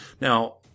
now